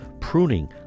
pruning